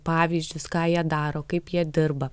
pavyzdžius ką jie daro kaip jie dirba